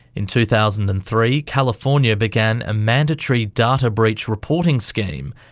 in two thousand and three, california began a mandatory data breach reporting scheme,